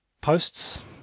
posts